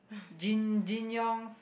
Jin Jin Yong